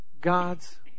God's